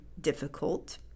difficult